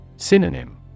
Synonym